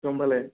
গ'ম পালে